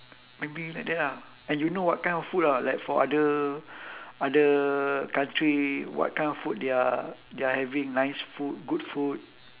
maybe like that ah and you know what kind of food ah for other other country what kind of food they are they are having nice food good food